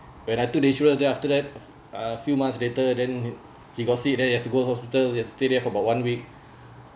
when I took the insurance then after that uh few months later then he got see then he has to go hospital and stay there for about one week